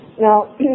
Now